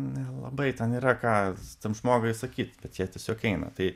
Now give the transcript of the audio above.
nelabai ten yra kas tam žmogui sakyt bet bet jie tiesiog eina tai